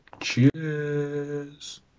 Cheers